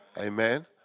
amen